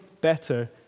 better